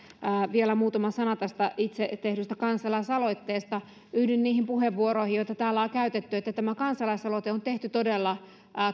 vielä muutama sana tästä itse tehdystä kansalaisaloitteesta yhdyn niihin puheenvuoroihin joita täällä on käytetty siitä että tämä kansalaisaloite on tehty todella